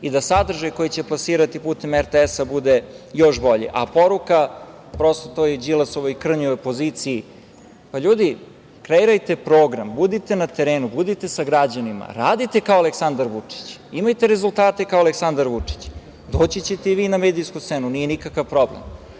i da sadržaj koji će plasirati putem RTS-a bude još bolji, a poruka Đilasovoj krnjoj opoziciji, pa ljudi kreirajte program, budite na terenu, budite sa građanima, radite kao Aleksandar Vučić, imajte rezultate kao Aleksandar Vučić, doći ćete i vi na medijsku scenu nije nikakav problem,